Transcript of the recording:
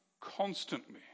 constantly